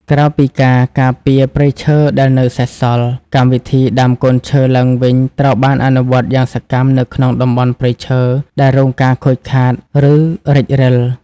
ក្រៅពីការការពារព្រៃឈើដែលនៅសេសសល់ កម្មវិធីដាំកូនឈើឡើងវិញ ត្រូវបានអនុវត្តយ៉ាងសកម្មនៅក្នុងតំបន់ព្រៃឈើដែលរងការខូចខាត ឬរិចរិល។